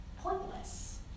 Pointless